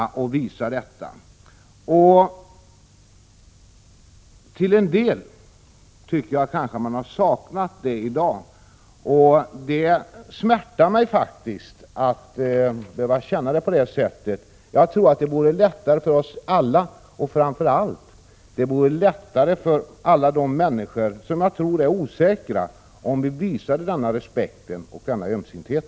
Till en del har jag saknat detta i dag, vilket smärtar mig. Det vore lättare för oss alla, och framför allt för alla de människor som jag tror är osäkra, om vi visade denna respekt och ömsinthet.